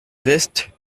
veste